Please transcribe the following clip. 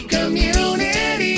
Community